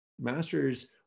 Masters